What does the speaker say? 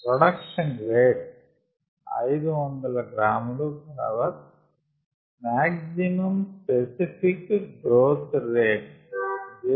production rate 500 g h maximum specific growth rate 0